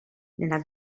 nella